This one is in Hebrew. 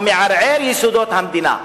או מערער את יסודות המדינה.